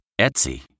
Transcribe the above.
Etsy